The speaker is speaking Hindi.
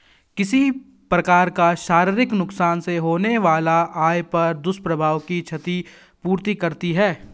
किसी प्रकार का शारीरिक नुकसान से होने वाला आय पर दुष्प्रभाव की क्षति पूर्ति करती है